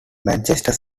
manchester